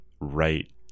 right